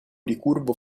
ricurvo